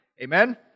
Amen